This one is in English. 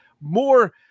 more